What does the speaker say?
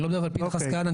אני לא מדבר על פנחס כהנא,